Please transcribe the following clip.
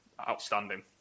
outstanding